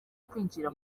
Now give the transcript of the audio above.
kwinjira